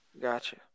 Gotcha